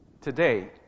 Today